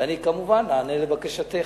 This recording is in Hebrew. ואני, כמובן, איענה לבקשתך.